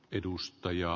edustajia